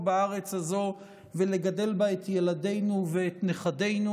בארץ הזו ולגדל בה את ילדינו ואת נכדינו.